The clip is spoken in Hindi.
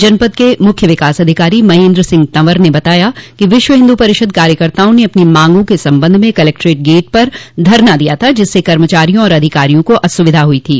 जनपद के मुख्य विकास अधिकारो महेन्द्र सिंह तंवर ने बताया कि विश्व हिन्दू परिषद कार्यकर्ताओं ने अपनी मांगों के संबंध में कलेक्ट्रेट गेट पर धरना दिया था जिससे कर्मचारियों और अधिकारियों को असुविधा हुई थी